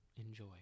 enjoy